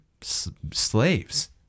slaves